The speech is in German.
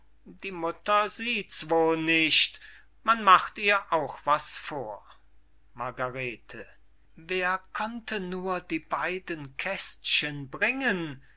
die mutter sieht's wohl nicht man macht ihr auch was vor margarete wer konnte nur die beyden kästchen bringen